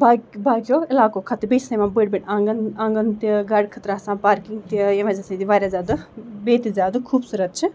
با باقیو علاقو کھۄتہٕ بیٚیہِ چھِ آسان یِمن بٔڑۍ بٔڑۍ آنگَن آنگن تہِ گاڑِ خٲطرٕ آسان پارکِنگ تہِ یِمن چھِ آسان ییٚتہِ واریاہ زیادٕ بیٚیہِ تہِ زیادٕ خوٗبصورت چھِ